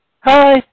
Hi